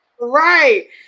Right